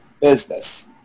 business